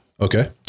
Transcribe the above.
Okay